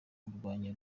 kurwanya